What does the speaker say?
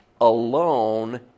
alone